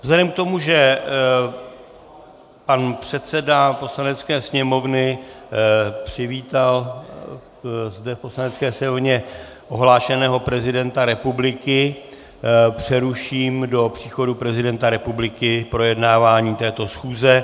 Vzhledem k tomu, že pan předseda Poslanecké sněmovny přivítal zde v Poslanecké sněmovně ohlášeného prezidenta republiky, přeruším do příchodu prezidenta republiky projednávání této schůze.